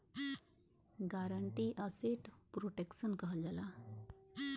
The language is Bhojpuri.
गारंटी असेट प्रोटेक्सन कहल जाला